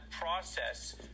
process